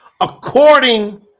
According